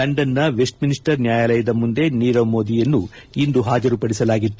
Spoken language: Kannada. ಲಂಡನ್ನ ಮೆಸ್ಟ್ ಮಿನಿಸ್ಟರ್ಸ್ ನ್ನಾಯಾಲಯದ ಮುಂದೆ ನೀರವ್ ಮೋದಿಯನ್ನು ಇಂದು ಹಾಜರುಪಡಿಸಲಾಗಿತ್ತು